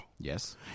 Yes